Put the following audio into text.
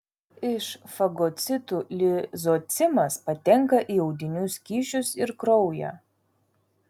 iš fagocitų lizocimas patenka į audinių skysčius ir kraują